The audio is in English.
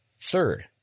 third